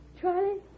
Charlie